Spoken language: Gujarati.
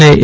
અને એ